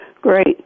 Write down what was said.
Great